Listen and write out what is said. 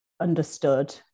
understood